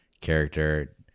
character